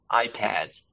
iPads